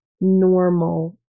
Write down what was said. normal